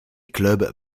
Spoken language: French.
clubs